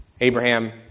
Abraham